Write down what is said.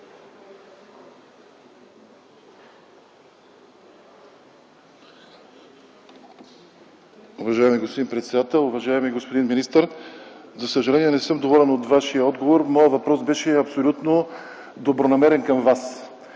Уважаеми господин председател, уважаеми господин министър! За съжаление, не съм доволен от Вашия отговор. Моят въпрос към Вас беше абсолютно добронамерен. Искам да